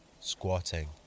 squatting